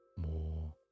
More